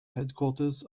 headquarters